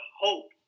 hope